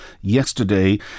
yesterday